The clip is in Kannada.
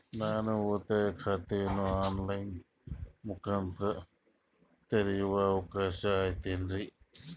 ನಾನು ಉಳಿತಾಯ ಖಾತೆಯನ್ನು ಆನ್ ಲೈನ್ ಮುಖಾಂತರ ತೆರಿಯೋ ಅವಕಾಶ ಐತೇನ್ರಿ?